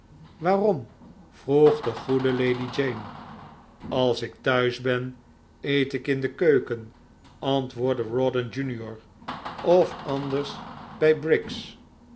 waarom vroeg de goede lady jane als ik thuis ben eet ik in de keuken antwoordde rawdon jr of anders bij